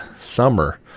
summer